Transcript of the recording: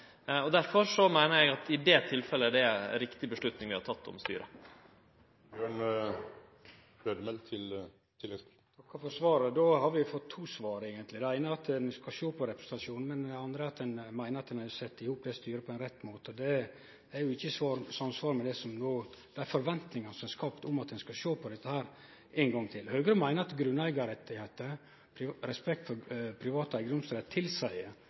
meiner eg at vi i det tilfellet har teke riktig avgjerd om styret. Eg takkar for svaret. Då har vi eigentleg fått to svar. Det eine er at ein skal sjå på representasjonen, og det andre er at ein meiner at ein har sett opp det styret på rett måte. Det er ikkje i samsvar med forventninga som er skapt om at ein skal sjå på dette ein gong til. Høgre meiner at grunneigarrettar, respekt for privat eigedomsrett, tilseier